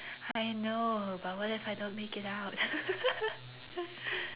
I know but what if I don't make it out